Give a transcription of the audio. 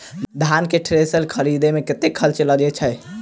धान केँ थ्रेसर खरीदे मे कतेक खर्च लगय छैय?